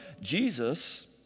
Jesus